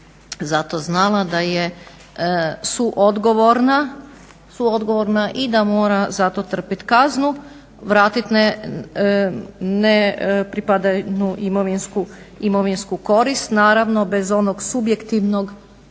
za to znala da je suodgovorna i da zato mora trpiti kaznu, vratiti nepripadajuću imovinsku korist, naravno bez onog subjektivnog elementa